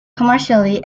commercially